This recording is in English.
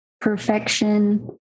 perfection